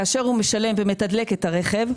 כאשר הוא משלם ומתדלק את הרכב,